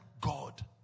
God